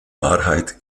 wahrheit